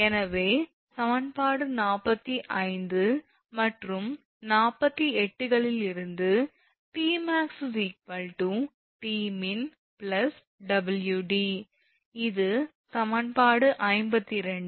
எனவே சமன்பாடு 45 மற்றும் 48 களிலிருந்து 𝑇𝑚𝑎𝑥 𝑇𝑚𝑖𝑛𝑊𝑑 இது சமன்பாடு 52